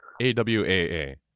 A-W-A-A